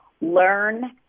Learn